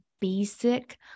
basic